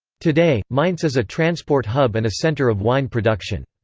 today, mainz is a transport hub and a center of wine production.